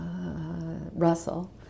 Russell